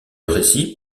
récit